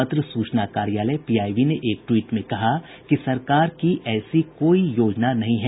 पत्र सूचना कार्यालय पीआईबी ने एक ट्वीट में कहा कि सरकार की ऐसी कोई योजना नहीं है